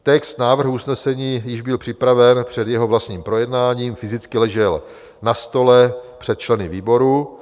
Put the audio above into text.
Text návrhu usnesení byl již připraven před jeho vlastním projednáním, fyzicky ležel na stole před členy výboru.